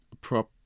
prop